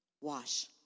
wash